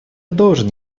должен